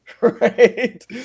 right